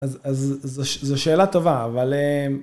אז זו שאלה טובה, אבל...